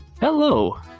Hello